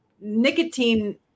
Nicotine –